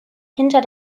hinter